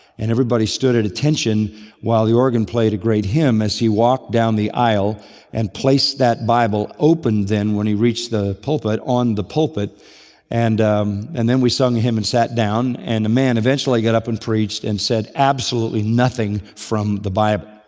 and everybody stood at attention while the organ played a great hymn as he walked down the aisle and placed that bible open then when he reached the pulpit on the pulpit and and then we sung a hymn and sat down. and the man eventually got up and preached and said absolutely nothing from the bible.